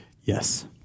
Yes